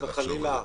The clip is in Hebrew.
חס וחלילה,